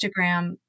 Instagram